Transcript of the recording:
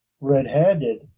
red-handed